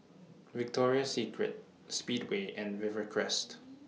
Victoria Secret Speedway and Rivercrest